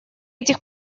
этих